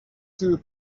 two